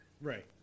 Right